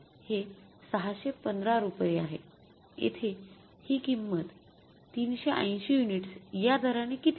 हे ६१५ रुपये आहे येथे ही किंमत ३८० युनिट्स या दराने किती आहे